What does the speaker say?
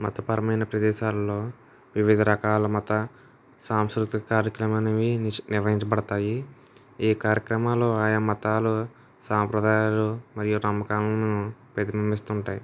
మతపరమైన ప్రదేశాల్లో వివిధ రకాల మత సాంస్కృతిక కార్యక్రమాలనేవి నిర్వహించబడతాయి ఏ కార్యక్రమాలు ఆయా మతాలు సాంప్రదాయాలు మరియు నమ్మకాలను ప్రతిబింబిస్తుంటాయి